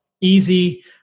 easy